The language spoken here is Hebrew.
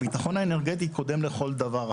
הביטחון האנרגטי קודם לכל דבר אחר.